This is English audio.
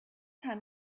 time